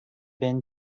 been